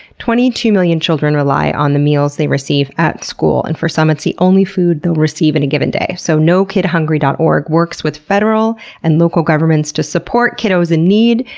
twenty two million children rely on the meals they receive at school, and for some it's the only only food they'll receive in a given day. so nokidhungry dot org works with federal and local governments to support kiddos in need.